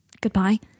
goodbye